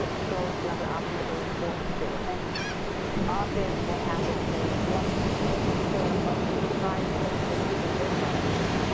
to go into another option but they were forced to. and often what happens is once their loved one tries it and they see the difference,